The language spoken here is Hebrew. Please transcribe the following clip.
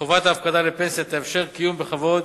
חובת ההפקדה לפנסיה תאפשר קיום בכבוד